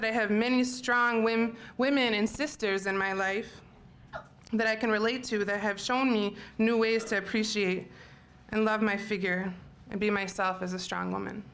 that i have many strong women women and sisters in my life that i can relate to they have shown me new ways to appreciate and love my figure and be myself as a strong woman